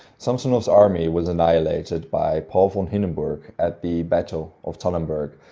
samsonov's army was annihilated by paul von hindenburg at the battle of tannenberg,